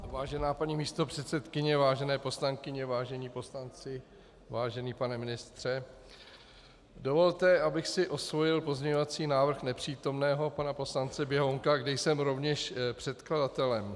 Vážená paní místopředsedkyně, vážené poslankyně, vážení poslanci, vážený pane ministře, dovolte, abych si osvojil pozměňovací návrh nepřítomného pana poslance Běhounka, když jsem rovněž předkladatelem.